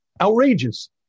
outrageous